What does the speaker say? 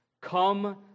Come